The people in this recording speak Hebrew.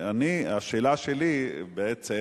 השאלה שלי בעצם,